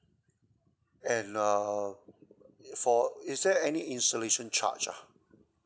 and uh for is there any installation charge ah